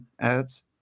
ads